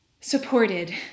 supported